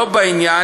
שלא בעניין,